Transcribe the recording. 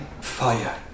fire